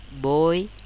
boy